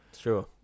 Sure